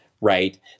Right